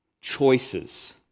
choices